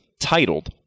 titled